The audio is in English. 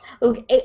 look